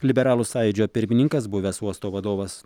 liberalų sąjūdžio pirmininkas buvęs uosto vadovas